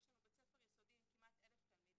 יש לנו בית ספר יסודי עם כמעט 1,000 תלמידים.